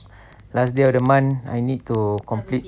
last day of the month I need to complete